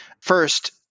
First